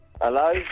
Hello